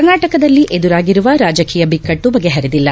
ಕರ್ನಾಟಕದಲ್ಲಿ ಎದುರಾಗಿರುವ ರಾಜಕೀಯ ಬಿಕ್ಟ್ಲು ಬಗೆಹರಿದಿಲ್ಲ